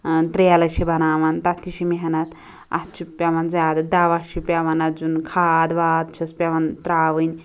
ٲں ترٛیلہٕ چھِ بناوان تتھ تہِ چھِ محنت اتھ چھُ پیٚوان زیادٕ دوا چھُ پیٚوان اتھ دیٛن کھاد واد چھیٚس پیٚوان ترٛاوٕنۍ